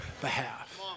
behalf